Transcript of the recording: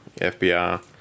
FBI